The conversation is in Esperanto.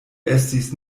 estis